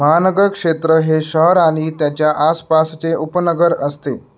महानगर क्षेत्र हे शहर आणि त्याच्या आसपासचे उपनगर असते